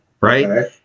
right